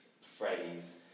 phrase